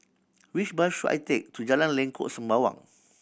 which bus should I take to Jalan Lengkok Sembawang